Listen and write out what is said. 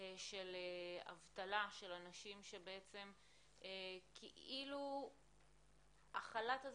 של אבטלה של אנשים שכאילו החל"ת הזה